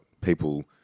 people